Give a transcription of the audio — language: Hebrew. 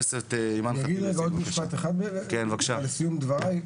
עוד משפט אחד לסיום דבריי,